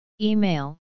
Email